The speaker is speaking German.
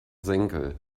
senkel